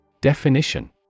Definition